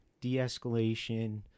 de-escalation